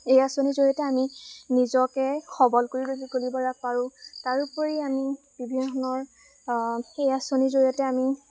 এই আঁচনিৰ জৰিয়তে আমি নিজকে সবল কৰি তুলিব পাৰোঁ তাৰোপৰি আমি বিভিন্ন ধৰণৰ এই আঁচনিৰ জৰিয়তে আমি